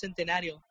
Centenario